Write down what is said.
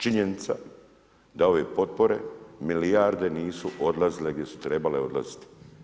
Činjenica da ove potpore, milijarde nisu odlazile gdje su trebale odlaziti.